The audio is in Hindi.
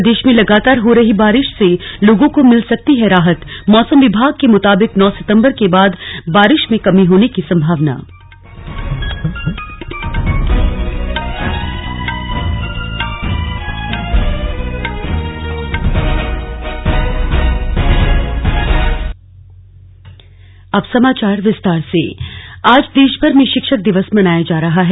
प्रदेश में लगातार हो रही बारिश से लोगों को मिल सकती है राहतमौसम विभाग के मुताबिक नौ सितंबर के बाद बारिश में कमी होने की संभावना स्लग शिक्षक दिवस दिल्ली आज देश भर में शिक्षक दिवस मनाया जा रहा है